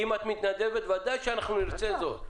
אם את מתנדבת, ודאי שאנחנו נרצה זאת.